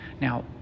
Now